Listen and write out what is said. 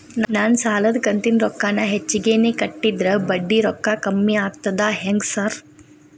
ನಾನ್ ಸಾಲದ ಕಂತಿನ ರೊಕ್ಕಾನ ಹೆಚ್ಚಿಗೆನೇ ಕಟ್ಟಿದ್ರ ಬಡ್ಡಿ ರೊಕ್ಕಾ ಕಮ್ಮಿ ಆಗ್ತದಾ ಹೆಂಗ್ ಸಾರ್?